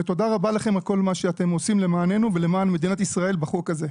ותודה רבה לכם על כל מה שאתם עושים למעננו ולמען מדינת ישראל בחוק הזה.